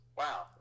wow